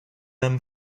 them